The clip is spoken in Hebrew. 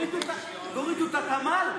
תורידו את התמ"ל.